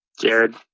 Jared